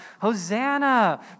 Hosanna